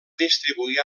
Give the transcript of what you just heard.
distribuir